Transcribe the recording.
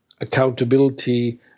accountability